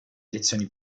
elezioni